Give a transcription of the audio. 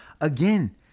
again